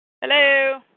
Hello